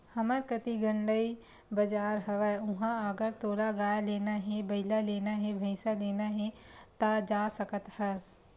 हमर कती गंड़ई बजार हवय उहाँ अगर तोला गाय लेना हे, बइला लेना हे, भइसा लेना हे ता जा सकत हस